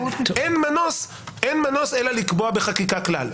אין מנוס אלא לקבוע בחקיקה כלל.